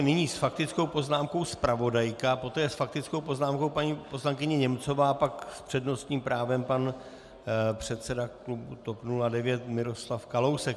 Nyní s faktickou poznámkou zpravodajka, poté s faktickou poznámkou paní poslankyně Němcová, pak s přednostním právem pan předseda klubu TOP 09 Miroslav Kalousek.